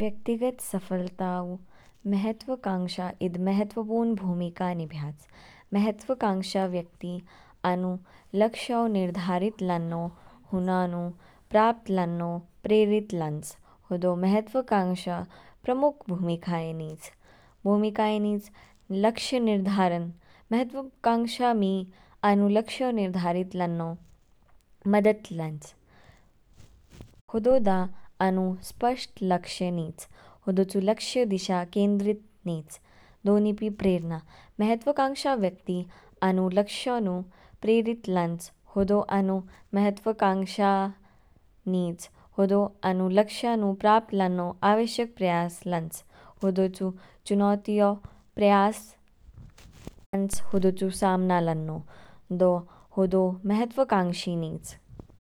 व्यक्तिगत सफलता ऊ महत्तवकांक्षा ईद महत्त्वपूर्ण भूमिका निभैच। महत्तवकांक्षा व्यक्ति आनु लक्ष्यो निर्धारित लान्नौ हुना नु प्राप्त लान्नौ प्रेरित लानच। हदौ महत्तवकांक्षा प्रमुख भूमिकाए निच, भूमिकाए निच। लक्ष्य निर्धारण, महत्तवकांक्षा मी आनु लक्ष्य निर्धारित लान्नौ मदद लानच, हदौ दा आनु स्पष्ट लक्ष्य निच, हदौचु लक्ष्य दिशा केंद्रित निच। दो निपी प्रेरणा, महत्तवकांक्षा व्यक्ति आनु लक्ष्य नु प्रेरित लानच, हदौ आनु महत्तवकांक्षा निच। हदौ आनु लक्ष्य नु प्राप्त लान्नौ आवश्यक प्रयास लानच। हदौचु चुनौतियों प्रयास लानच हदौचु सामना लान्नौ। दौ हदौ महत्तवकांक्षी निच।